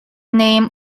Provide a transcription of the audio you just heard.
name